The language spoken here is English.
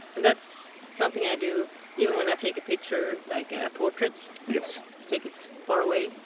and that's something i do even when i take a picture like a portrait. yes take it far away,